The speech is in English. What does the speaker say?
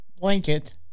Blanket